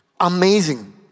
Amazing